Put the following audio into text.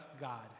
God